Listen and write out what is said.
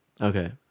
Okay